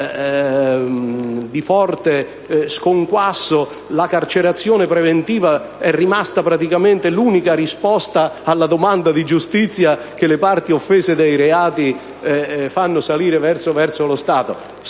di forte sconquasso, la carcerazione preventiva è rimasta l'unica risposta alla domanda di giustizia che le parti offese dai reati ottengono dallo Stato: